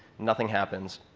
nothing happens.